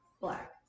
black